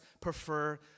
prefer